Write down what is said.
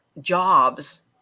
jobs